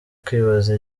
kwibaza